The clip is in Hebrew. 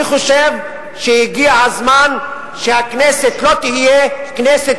אני חושב שהגיע הזמן שהכנסת לא תהיה כנסת